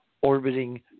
orbiting